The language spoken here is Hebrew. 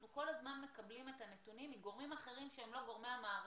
אנחנו כל הזמן מקבלים את הנתונים מגורמים אחרים שהם לא גורמי המערכת,